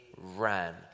ran